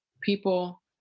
people